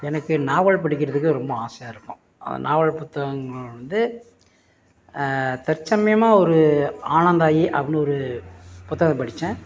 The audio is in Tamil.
எனக்கு நாவல் படிக்கிறதுக்கு ரொம்ப ஆசையாக இருக்கும் நாவல் புத்தகங்கள் வந்து தற்சமயமாக ஒரு ஆனந்தாயி அப்புடினு ஒரு புத்தகம் படித்தேன்